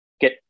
get